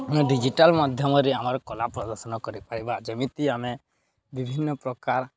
digital ମାଧ୍ୟମରେ ଆମର କଳା ପ୍ରଦର୍ଶନ କରିପାରିବା ଯେମିତି ଆମେ ବିଭିନ୍ନ ପ୍ରକାର